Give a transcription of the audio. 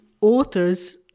authors